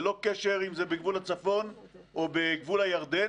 ללא קשר אם זה בגבול הצפון או בגבול הירדן,